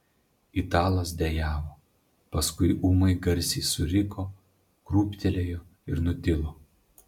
italas dejavo paskui ūmai garsiai suriko krūptelėjo ir nutilo